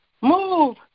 move